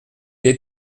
est